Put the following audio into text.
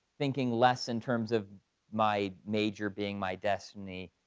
thinking less in terms of my major being my destiny.